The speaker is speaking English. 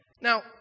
Now